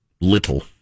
Little